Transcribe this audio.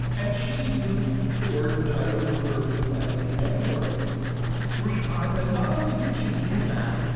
and she used the word which i will refer to as the n word three times, and not only did she do that,